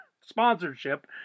sponsorship